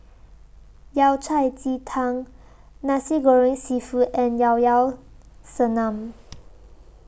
Yao Cai Ji Tang Nasi Goreng Seafood and Llao Llao Sanum